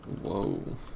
Whoa